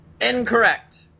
Incorrect